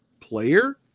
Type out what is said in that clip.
player